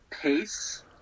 pace